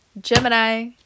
Gemini